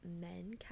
men